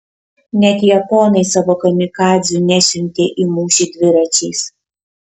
net japonai savo kamikadzių nesiuntė į mūšį dviračiais